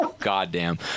Goddamn